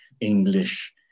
English